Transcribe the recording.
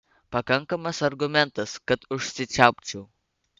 pakankamas argumentas kad užsičiaupčiau